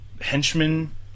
henchmen